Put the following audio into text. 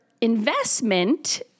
investment